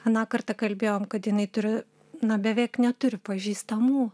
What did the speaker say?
aną kartą kalbėjom kad jinai turi na beveik neturi pažįstamų